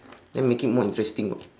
then make it more interesting [what]